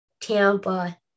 Tampa